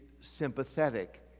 sympathetic